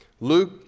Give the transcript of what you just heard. Luke